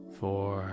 four